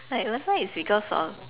like last time is because of